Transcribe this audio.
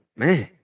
man